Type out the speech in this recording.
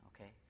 okay